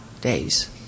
days